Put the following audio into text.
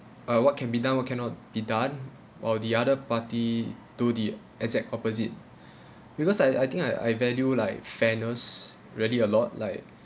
uh what can be done what cannot be done while the other party do the exact opposite because I I think I I value like fairness really a lot like